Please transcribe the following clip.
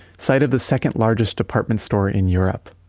site of the second largest department store in europe.